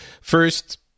First